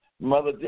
Mother